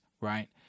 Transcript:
right